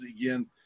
again